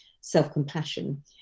self-compassion